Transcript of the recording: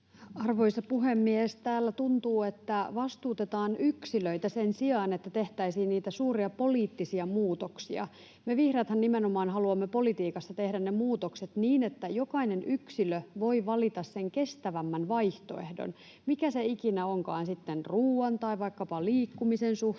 Arvoisa puhemies! Täällä tuntuu, että vastuutetaan yksilöitä sen sijaan, että tehtäisiin niitä suuria poliittisia muutoksia. Me vihreäthän nimenomaan haluamme politiikassa tehdä ne muutokset niin, että jokainen yksilö voi valita sen kestävämmän vaihtoehdon. Mikä se ikinä onkaan sitten ruoan tai vaikkapa liikkumisen suhteen,